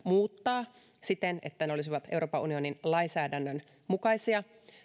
muuttaa siten että ne olisivat euroopan unionin lainsäädännön mukaisia